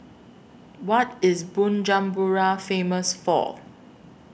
What IS Bujumbura Famous For